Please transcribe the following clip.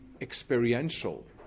experiential